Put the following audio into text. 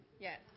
Yes